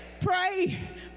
Pray